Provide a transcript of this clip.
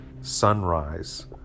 sunrise